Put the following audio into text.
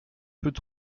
peut